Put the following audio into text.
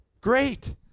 Great